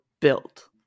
built